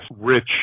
rich